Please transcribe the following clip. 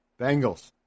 Bengals